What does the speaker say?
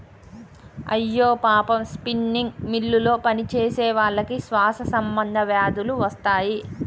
అయ్యో పాపం స్పిన్నింగ్ మిల్లులో పనిచేసేవాళ్ళకి శ్వాస సంబంధ వ్యాధులు వస్తాయి